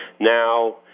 Now